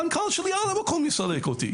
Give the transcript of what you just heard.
המנכ"ל שלי על המקום יסלק אותי.